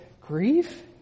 grief